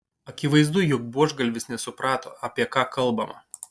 akivaizdu jog buožgalvis nesuprato apie ką kalbama